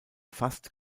fast